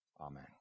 Amen